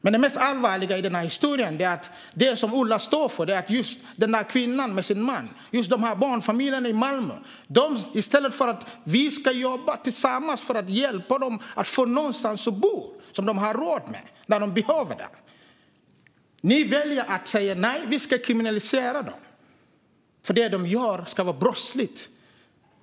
Det mest allvarliga i den här historien är dock att i stället för att jobba tillsammans för att hjälpa denna kvinna och hennes man och barnfamiljerna i Malmö att få någonstans att bo som de har råd med när de behöver det så står Ola Möller för att säga nej, vi ska kriminalisera dem, för det de gör ska vara brottsligt.